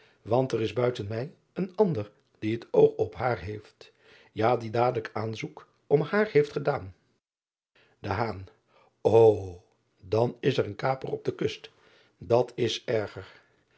want er is buiten mij een ander die het oog op haar heeft ja die dadelijk aanzoek om haar heeft gedaan o an is er een kaper op de kust dat is erger